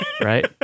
Right